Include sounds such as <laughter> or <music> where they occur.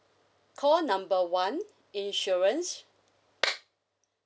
call number one <breath> insurance